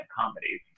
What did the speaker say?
comedies